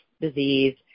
disease